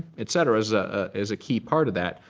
et cetera, is ah is a key part of that.